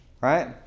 right